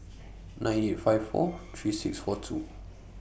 nine eight five four three six four two